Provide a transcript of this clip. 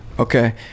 Okay